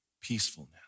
peacefulness